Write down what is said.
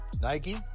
Nike